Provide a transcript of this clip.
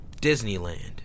Disneyland